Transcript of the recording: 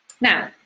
Now